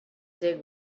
dig